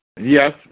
Yes